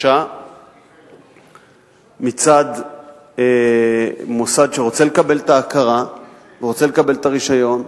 בקשה מצד מוסד שרוצה לקבל את ההכרה ורוצה לקבל את הרשיון,